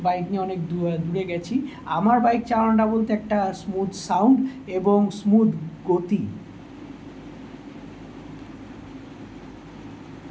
bike নিয়ে অনেক দূ দূরে গেছি আমার বাইক চালানোটা বলতে একটা স্মুদ সাউন্ড এবং স্মুদ গতি